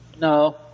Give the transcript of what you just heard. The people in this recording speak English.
No